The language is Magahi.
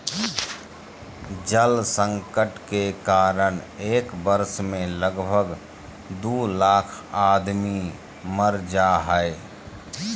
जल संकट के कारण एक वर्ष मे लगभग दू लाख आदमी मर जा हय